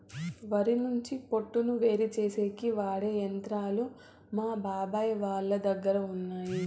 వరి నుంచి పొట్టును వేరుచేసేకి వాడె యంత్రాలు మా బాబాయ్ వాళ్ళ దగ్గర ఉన్నయ్యి